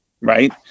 right